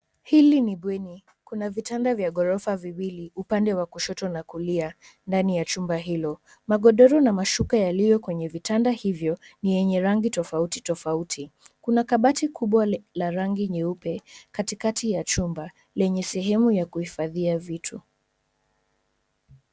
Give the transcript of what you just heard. Hili ni bweni. Kuna vitanda vya ghorofa viwili upande wa kushoto na kulia ndani ya chumba hilo. Magodoro na mashuka yaliyo kwenye vitanda hivyo ni yenye rangi tofautitofauti. Kuna kabati kubwa la rangi nyeupe katikati ya chumba lenye sehemu ya kuhifadhia vitu.